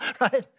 Right